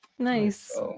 Nice